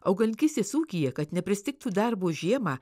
augalininkystės ūkyje kad nepristigtų darbo žiemą